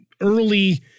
early